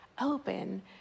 open